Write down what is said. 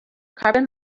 carbon